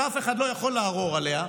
שאף אחד לא יכול לערור עליה,